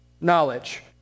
knowledge